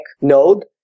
node